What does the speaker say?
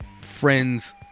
friends